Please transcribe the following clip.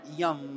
yum